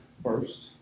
First